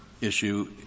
issue